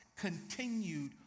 continued